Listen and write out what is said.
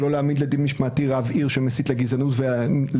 שלא להעמיד לדין משמעתי רב עיר שמסית לגזענות ולאלימות